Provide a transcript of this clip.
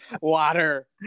Water